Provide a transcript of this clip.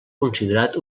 considerat